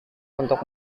untuk